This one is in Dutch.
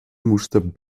moesten